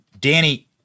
Danny